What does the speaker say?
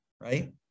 right